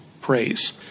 praise